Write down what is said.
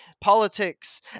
politics